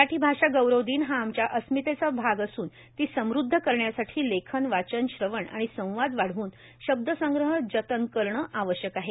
मराठी भाषा गौरव दिन हा आमच्या अस्मितेचा भाग असून ती समृध्द करण्यासाठी लेखन वाचन श्रवण आणि संवाद वाढव्न शब्दसंग्रह जतन करणं आवश्यक आहे